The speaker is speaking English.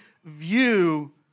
view